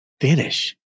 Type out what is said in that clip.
finish